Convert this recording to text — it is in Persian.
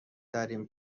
ترین